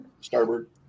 Starboard